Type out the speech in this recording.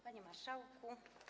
Panie Marszałku!